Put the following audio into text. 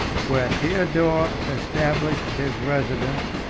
where theodore established his residence,